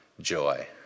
joy